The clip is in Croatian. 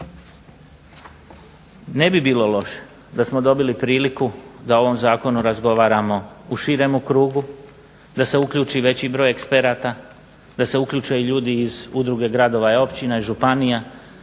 Ne bi bilo loše da smo dobili priliku da o ovom zakonu razgovaramo u širemu krugu, da se uključi veći broj eksperata, da se uključe i ljudi iz udruge gradova i općina i županija